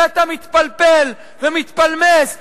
ואתה מתפלפל ומתפלמס ומתווכח,